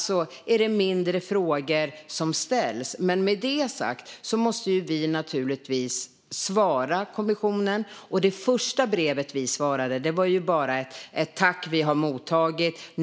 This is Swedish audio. Det är alltså färre frågor som ställs, men med det sagt måste vi naturligtvis svara kommissionen. Det första vi svarade var bara ett tack och att vi hade mottagit det.